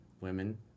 women